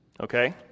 okay